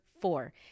four